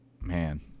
Man